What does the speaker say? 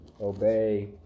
obey